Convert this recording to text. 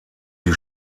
die